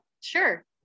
Sure